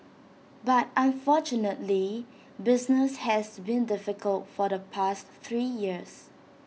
but unfortunately business has been difficult for the past three years